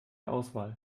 auswahl